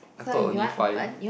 I thought only five